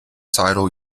title